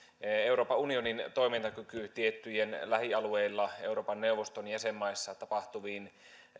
euroopan unionin toimintakyky tiettyihin lähialueilla euroopan neuvoston jäsenmaissa tapahtuviin